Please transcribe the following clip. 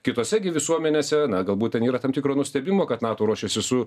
kitose gi visuomenėse na galbūt ten yra tam tikro nustebimo kad nato ruošiasi su